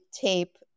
tape